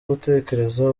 gutekereza